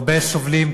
הרבה סובלים,